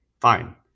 Fine